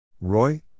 Roy